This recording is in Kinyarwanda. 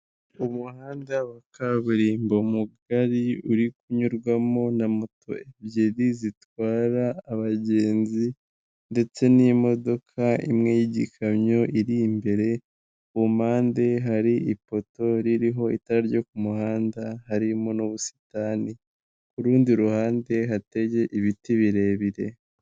Umuhanda wa kaburimbo mugari, uri kunyurwamo na moto ebyiri zitwara abagenzi ndetse n'imodoka imwe y'ikamyo iri imbere, ku mpande hari ipoto ririho itara ryo ku muhanda harimo n'ubusitani, ku rundi ruhande hateye ibiti birebire.